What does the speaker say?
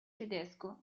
tedesco